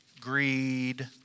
greed